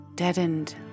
deadened